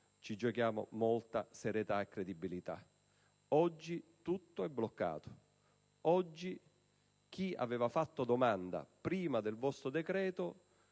ci giochiamo molta della nostra serietà e credibilità. Oggi tutto è bloccato; oggi chi aveva fatto domanda prima del vostro decreto